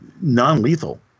non-lethal